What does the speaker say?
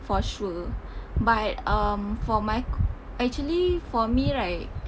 for sure but um for my co~ actually for me right